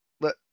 Let